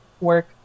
work